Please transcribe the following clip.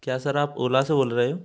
क्या सर आप ओला से बोल रहे हो